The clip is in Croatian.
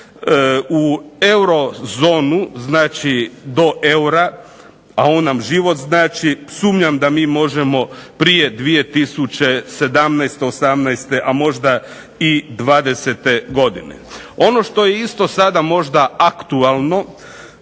U euro zonu, znači do eura, a on nam život znači sumnjam da mi možemo prije 2017., osamnaeste a možda i dvadesete godine. Ono što je isto sada možda aktualno,